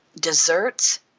desserts